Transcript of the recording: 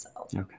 Okay